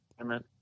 Amen